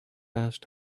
asked